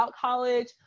college